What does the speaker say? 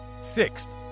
Sixth